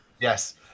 Yes